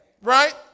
Right